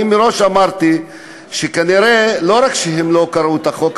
אני מראש אמרתי שכנראה לא רק שהם לא קראו את החוק,